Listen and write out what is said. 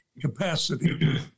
capacity